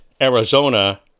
Arizona